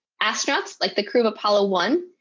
astronauts, like the crew of apollo one,